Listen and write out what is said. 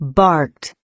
barked